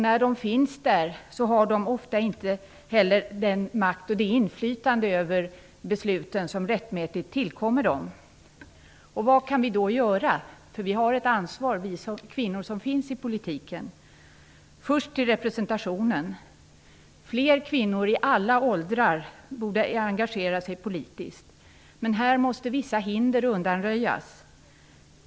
När de finns där har de ofta inte heller den makt och det inflytande över besluten som rättmätigt tillkommer dem. Vad kan vi då göra? Vi kvinnor som finns i politiken har ett ansvar. Först till representationen. Fler kvinnor i alla åldrar borde engagera sig politiskt. Men där måste vissa hinder undanröjas.